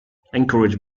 encouraged